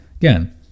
again